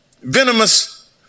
Venomous